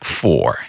four